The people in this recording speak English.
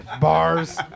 Bars